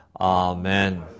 Amen